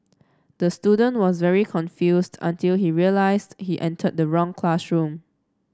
the student was very confused until he realised he entered the wrong classroom